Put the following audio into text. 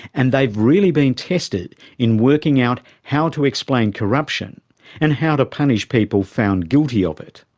and they've really been tested in working out how to explain corruption and how to punish people found guilty of it,